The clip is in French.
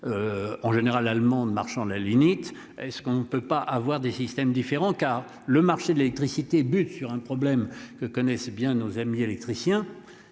En général allemande marchand la limite, est-ce qu'on ne peut pas avoir des systèmes différents, car le marché de l'électricité bute sur un problème que connaissent bien nos amis électricien.